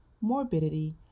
morbidity